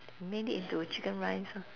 and made it into a chicken rice orh